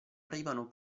arrivano